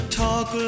talk